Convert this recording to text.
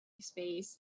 space